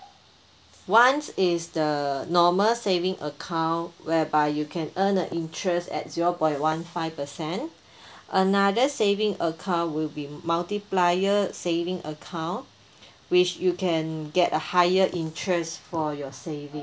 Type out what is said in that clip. one is the normal saving account whereby you can earn a interest at zero point one five percent another saving account will be multiplier saving account which you can get a higher interest for your saving